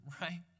right